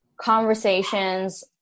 conversations